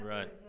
Right